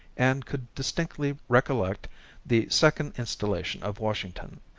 and could distinctly recollect the second installation of washington,